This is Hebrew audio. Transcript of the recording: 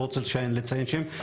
בלי לציין שם.